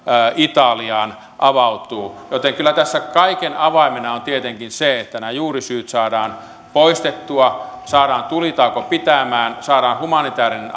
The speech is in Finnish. italiaan avautuu joten kyllä tässä kaiken avaimena on tietenkin se että nämä juurisyyt saadaan poistettua saadaan tulitauko pitämään saadaan humanitäärinen